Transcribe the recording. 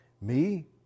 Me